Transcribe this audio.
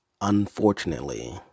unfortunately